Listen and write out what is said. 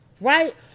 Right